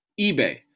eBay